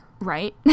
right